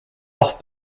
off